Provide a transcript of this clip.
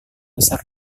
besar